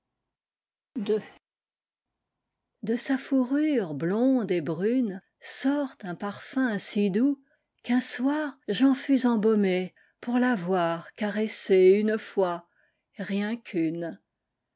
de sa fourrure blonde et brunesort un parfum si doux qu'un soirj'en fus embaumé pour l'avoircaressée une fois rien qu'une